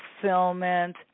fulfillment